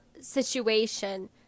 situation